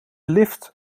lift